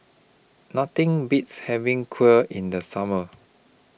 Nothing Beats having Kheer in The Summer